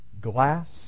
glass